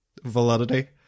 validity